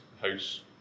house